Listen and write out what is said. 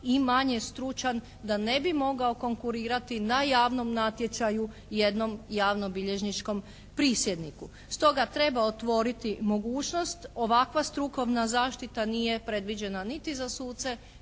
i manje stručan da ne bi mogao konkurirati na jednom javnom natječaju jednom javnobilježničkom prisjedniku. Stoga treba otvoriti mogućnost. Ovakva strukovna zaštita nije predviđena niti za suce,